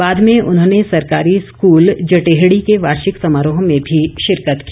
बाद में उन्होंने सरकारी स्कूल जटेहड़ी के वार्षिक समारोह में भी शिरकत की